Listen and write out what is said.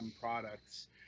products